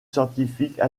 scientifiques